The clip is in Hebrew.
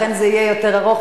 לכן זה יהיה יותר ארוך,